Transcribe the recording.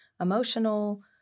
emotional